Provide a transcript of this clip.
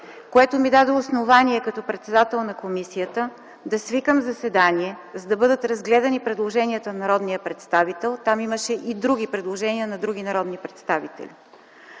което ми даде основание като председател на комисията да свикам заседание, за да бъдат разгледани предложенията на народния представител. Там имаше и други предложения на други народни представители.